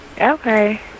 Okay